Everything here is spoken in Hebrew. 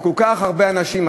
וכל כך הרבה אנשים,